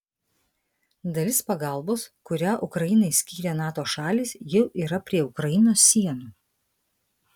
dalis pagalbos kurią ukrainai skyrė nato šalys jau yra prie ukrainos sienų